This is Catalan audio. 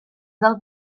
del